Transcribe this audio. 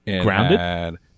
grounded